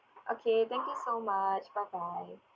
okay thank you so much bye bye